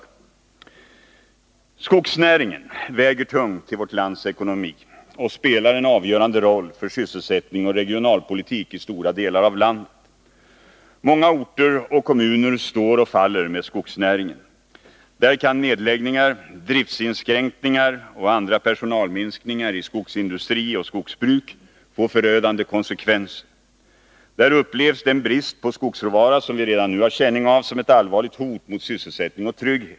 bruksdepartemen Skogsnäringen väger tungt i vårt lands ekonomi och spelar i stora delar av — ;ots verksamhetslandet en avgörande roll för sysselsättning och regionalpolitik. Många orter område och kommuner står och faller med skogsnäringen. Där kan nedläggningar, driftsinskränkningar och andra personalminskningar i skogsindustri och skogsbruk få förödande konsekvenser. Där upplevs den brist på skogsråvara som vi redan nu har känning av som ett allvarligt hot mot sysselsättning och trygghet.